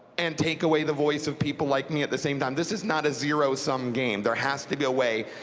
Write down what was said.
and take away the voice of people like me at the same time. this is not a zero sum game. there has to be a way.